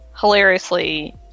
hilariously